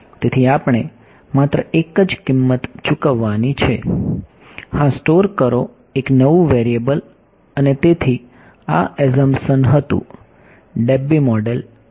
તેથી આપણે માત્ર એક જ કિંમત ચૂકવવાની છે હા સ્ટોર કરો એક નવું વેરિયેબલ અને તેથી આ એઝંપશન હતું Debye મોડેલ